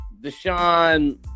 Deshaun